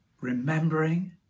remembering